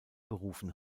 berufen